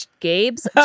Gabe's